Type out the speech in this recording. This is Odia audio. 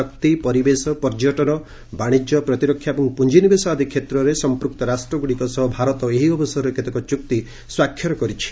ଶକ୍ତି ପରିବେଶ ପର୍ଯ୍ୟଟନ ବାଣିଜ୍ୟ ପ୍ରତିରକ୍ଷା ଏବଂ ପୁଞ୍ଜିନିବେଶ ଆଦି କ୍ଷେତ୍ରରେ ସମ୍ପୃକ୍ତ ରାଷ୍ଟ୍ରଗୁଡ଼ିକ ସହ ଭାରତ ଏହି ଅବସରରେ କେତେକ ଚୁକ୍ତି ସ୍ୱାକ୍ଷର କରିଛି